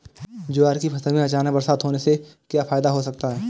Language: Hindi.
ज्वार की फसल में अचानक बरसात होने से क्या फायदा हो सकता है?